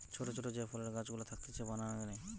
ছোট ছোট যে ফলের গাছ গুলা থাকতিছে বাগানে